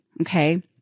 Okay